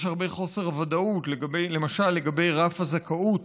יש הרבה חוסר ודאות, למשל לגבי רף הזכאות